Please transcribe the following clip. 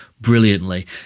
brilliantly